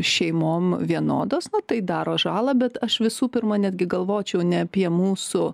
šeimom vienodos no tai daro žalą bet aš visų pirma netgi galvočiau ne apie mūsų